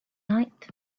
night